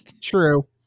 True